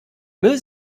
müll